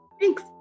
Thanks